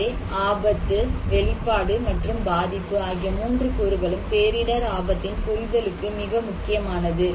எனவே ஆபத்து வெளிப்பாடு மற்றும் பாதிப்பு ஆகிய மூன்று கூறுகளும் பேரிடர் ஆபத்தின் புரிதலுக்கு மிக முக்கியமானது